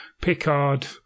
Picard